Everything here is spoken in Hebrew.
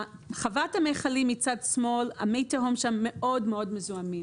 חוות המיכלים מצד שמאל מי התהום שם מאוד-מאוד מזוהמים.